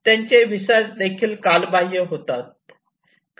त्यांचे व्हिसा देखील कालबाह्य होतात